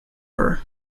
her